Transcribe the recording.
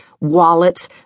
wallets